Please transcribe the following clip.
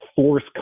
force